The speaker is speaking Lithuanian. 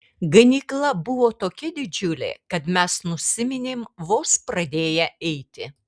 ganykla buvo tokia didžiulė kad mes nusiminėm vos pradėję eiti